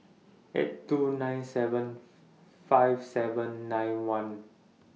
eight two nine seven five seven nine one